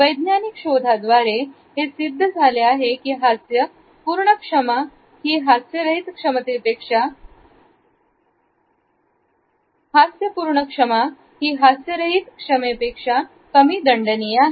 वैज्ञानिक शोधा द्वारे हे सिद्ध झाला आहे की हास्य पूर्ण क्षमा ही हास्य रहित क्षमतेपेक्षा कमी दंडनीय आहे